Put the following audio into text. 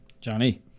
johnny